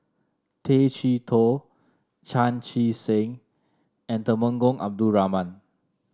Tay Chee Toh Chan Chee Seng and Temenggong Abdul Rahman